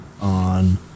on